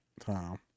Time